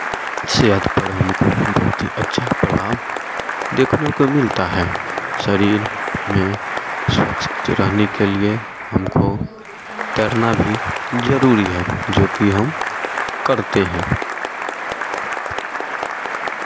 सेहत पर हमको बहुत ही अच्छा प्रभाव देखने को मिलता है शरीर में स्वस्थ रहने के लिए हम को तैरना भी ज़रूरी है जो कि हम करते हैं